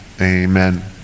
Amen